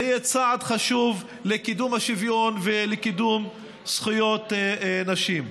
זה יהיה צעד חשוב לקידום השוויון ולקידום זכויות נשים.